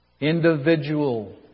Individual